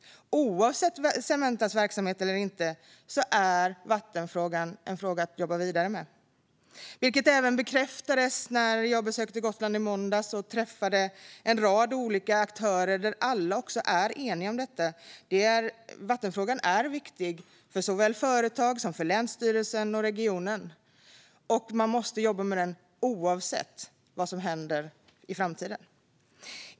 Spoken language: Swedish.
Oavsett Cementas verksamhet eller inte är vattenfrågan en fråga att jobba vidare med, vilket även bekräftades när jag besökte Gotland i måndags och där träffade en rad olika aktörer som alla är eniga om att vattenfrågan är viktig för såväl företag som länsstyrelsen och regionen. Man måste jobba med den oavsett vad som händer i framtiden.